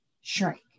shrink